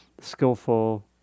skillful